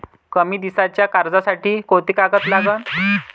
कमी दिसाच्या कर्जासाठी कोंते कागद लागन?